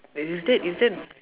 maybe is that is that